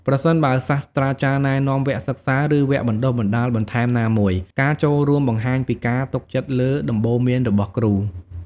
ប្រសិនបើសាស្រ្តាចារ្យណែនាំវគ្គសិក្សា ឬវគ្គបណ្តុះបណ្តាលបន្ថែមណាមួយ ការចូលរួមបង្ហាញពីការទុកចិត្តលើដំបូន្មានរបស់គ្រូ។